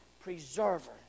preserver